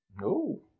No